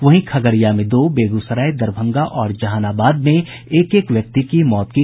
वहीं खगड़िया में दो बेगूसराय दरभंगा और जहानाबाद में एक एक व्यक्ति की मौत की खबर है